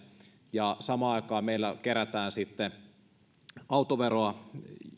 ja samaan aikaan meillä kerätään autoveroa